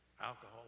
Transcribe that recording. alcohol